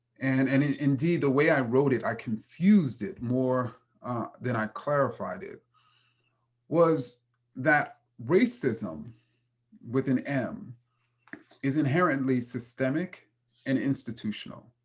and indeed, the way i wrote it, i confused it more than i clarified it was that racism with an m is inherently systemic and institutional.